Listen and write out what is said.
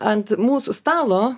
ant mūsų stalo